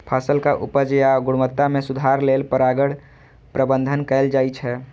फसलक उपज या गुणवत्ता मे सुधार लेल परागण प्रबंधन कैल जाइ छै